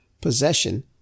possession